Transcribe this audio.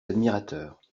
admirateurs